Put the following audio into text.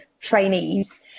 trainees